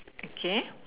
okay